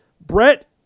Brett